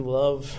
love